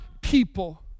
people